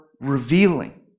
revealing